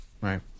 right